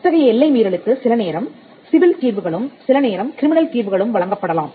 இத்தகைய எல்லை மீறலுக்கு சில நேரம் சிவில் தீர்வுகளும் சில நேரம் கிரிமினல் தீர்வுகளும் வழங்கப்படலாம்